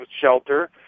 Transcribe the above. shelter